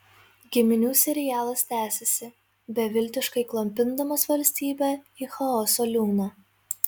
giminių serialas tęsiasi beviltiškai klampindamas valstybę į chaoso liūną